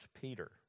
Peter